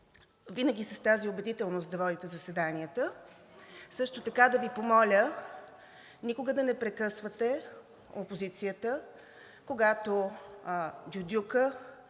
винаги с тази убедителност да водите заседанията, също така да Ви помоля никога да не прекъсвате опозицията, когато дюдюка,